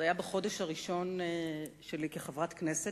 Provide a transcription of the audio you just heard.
זה היה בחודש הראשון שלי כחברת כנסת,